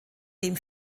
dem